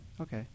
Okay